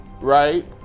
right